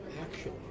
action